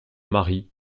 maris